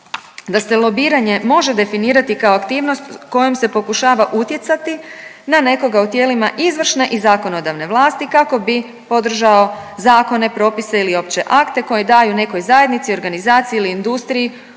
da se lobiranje može definirati kao aktivnost kojom se pokušava utjecati na nekoga u tijelima izvršne i zakonodavne vlasti kako bi podržao zakone, propise ili opće akte koji daju nekoj zajednici, organizaciji ili industriji